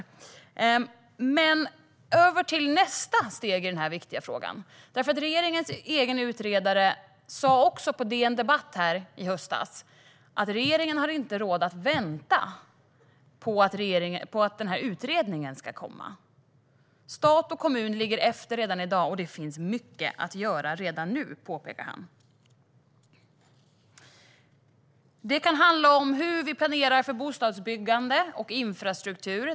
Nu går jag över till nästa steg i den här viktiga frågan. På DN Debatt skrev regeringens egen utredare i höstas att regeringen inte har råd att vänta på att utredningen ska komma. Stat och kommun ligger efter redan i dag, och det finns mycket att göra redan nu, påpekar han. Det kan handla om hur vi planerar för bostadsbyggande och infrastruktur.